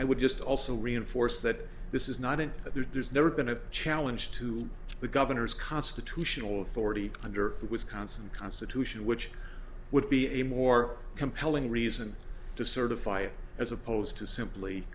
i would just also reinforce that this is not an that there's never been a challenge to the governor's constitutional authority under the wisconsin constitution which would be a more compelling reason to certify it as opposed to simply